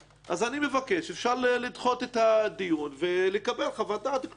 אני מבקש לדחות את הדיון, ולקבל חוות דעת כתובה.